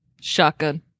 shotgun